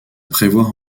prévoir